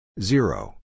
Zero